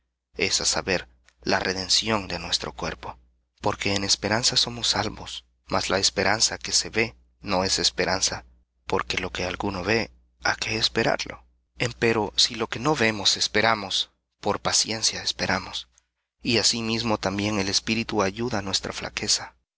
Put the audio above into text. esperando la adopción la redención de nuestro cuerpo porque en esperanza somos salvos mas la esperanza que se ve no es esperanza porque lo que alguno ve á qué esperarlo empero si lo que no vemos esperamos por paciencia esperamos y asimismo también el espíritu ayuda nuestra flaqueza